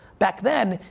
back then,